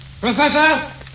Professor